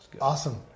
Awesome